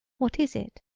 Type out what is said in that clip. what is it.